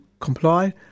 comply